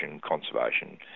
conservation